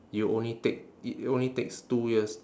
you only take it only takes two years